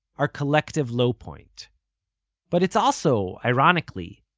our collective low point but it's also, ironically,